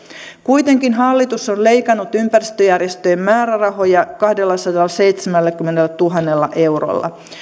kuitenkin hallitus on leikannut ympäristöjärjestöjen määrärahoja kahdellasadallaseitsemälläkymmenellätuhannella eurolla